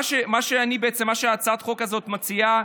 מה שהצעת החוק הזאת מציעה,